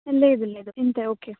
లేదు లేదు ఇంతే ఓకే